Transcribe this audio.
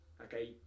Okay